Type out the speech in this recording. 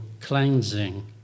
cleansing